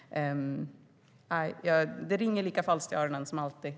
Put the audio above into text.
Det klingar lika falskt som alltid.